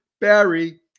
Barry